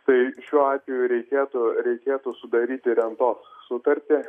tai šiuo atveju reikėtų reikėtų sudaryti rentos sutartį